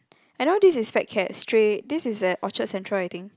and all these is Fatcat stray this is at Orchard Central I think